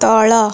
ତଳ